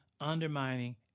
undermining